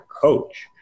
coach